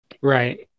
right